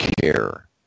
care